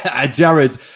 Jared